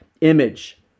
image